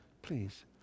Please